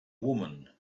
woman